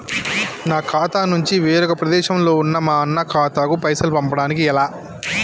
నా ఖాతా నుంచి వేరొక ప్రదేశంలో ఉన్న మా అన్న ఖాతాకు పైసలు పంపడానికి ఎలా?